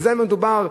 בזה מדובר,